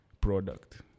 product